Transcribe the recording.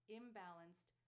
imbalanced